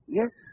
yes